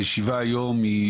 הישיבה היום היא